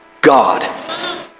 God